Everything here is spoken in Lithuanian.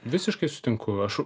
visiškai sutinku aš